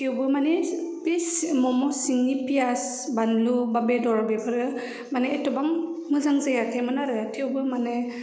थेवबो माने बे मम' सिंनि पियाज बानलु बा बेदर बेफोरो माने एथ'बां मोजां जायाखैमोन आरो थेवबो माने